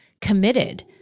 committed